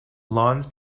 lawns